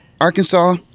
Arkansas